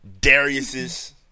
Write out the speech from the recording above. Darius's